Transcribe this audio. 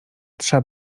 trza